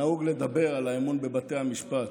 נהוג לדבר על האמון בבתי המשפט,